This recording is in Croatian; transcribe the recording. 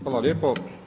Hvala lijepo.